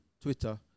Twitter